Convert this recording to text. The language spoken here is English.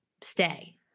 stay